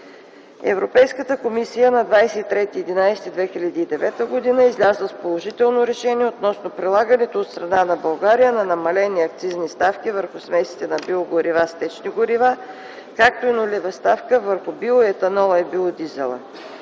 Европейската комисия на 23.11.2009 г. е излязла с положително решение относно прилагането от страна на България на намалени акцизни ставки върху смесите на биогорива с течни горива, както и нулева ставка върху биоетанола и биодизела,